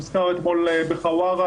הוזכר אתמול בחווארה,